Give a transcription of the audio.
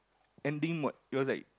ending mode it was like